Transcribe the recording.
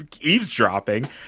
eavesdropping